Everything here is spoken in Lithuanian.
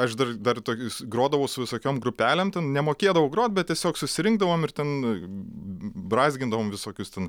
aš dar dar tokius grodavau su visokiom grupelėm nemokėdavau grot bet tiesiog susirinkdavom ir ten brazgindavom visokius ten